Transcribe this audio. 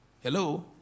Hello